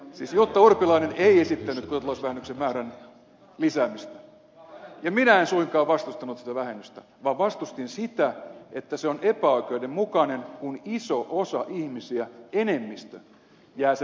jutta urpilainen ei esittänyt kotitalousvähennyksen määrän lisäämistä ja minä en suinkaan vastustanut sitä vähennystä vaan vastustin sitä että se on epäoikeudenmukainen kun iso osa ihmisiä enemmistö jää sen ulkopuolelle